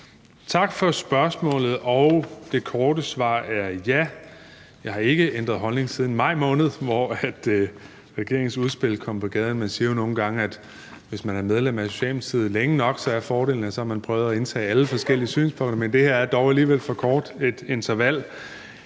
Tak for spørgsmålet, og det korte svar er ja. Jeg har ikke ændret holdning siden maj måned, hvor regeringens udspil kom på gaden. Man siger jo nogle gange, at hvis man er medlem af Socialdemokratiet længe nok, er fordelen, at så har man prøvet at indtage alle forskellige synspunkter, men det her er dog alligevel for kort et interval.